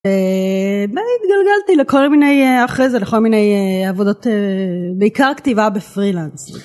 והתגלגלתי לכל מיני אחרי זה לכל מיני עבודות בעיקר כתיבה בפרילנס